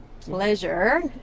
pleasure